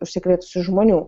užsikrėtusių žmonių